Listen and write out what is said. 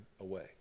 away